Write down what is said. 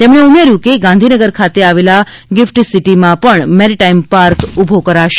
તેમણે ઉમેર્યું હતું કે ગાંધીનગર ખાતે આવેલા ગીફટ સીટીમાં પણ મેરિટાઇમ પાર્ક ઉભો કરાશે